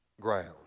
ground